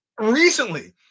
recently